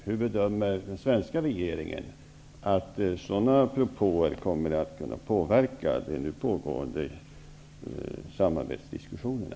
Hur bedömer den svenska regeringen att sådana propåer kommer att kunna påverka de nu pågående samarbetsdiskussionerna?